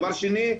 דבר שני,